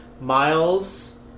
Miles